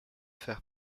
fer